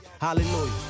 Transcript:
Hallelujah